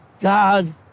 God